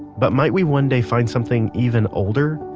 but might we one day find something even older,